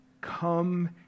Come